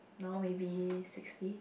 now maybe sixty